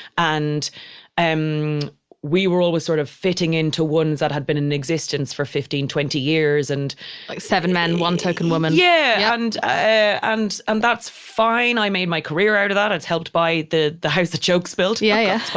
and and um we were always sort of fitting into ones that had been in existence for fifteen, twenty years and like seven men. one token woman yeah yep and, and that's fine. i made my career out of that. it's helped by the, the house the jokes built. yeah yes, but